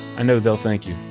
i know they'll thank you.